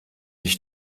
dich